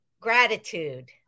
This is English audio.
gratitude